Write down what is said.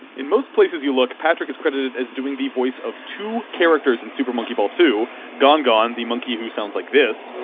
in most places you look, patrick is credited as doing the voice of two characters in super monkey ball two gongon, the monkey who sounds like this